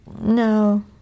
no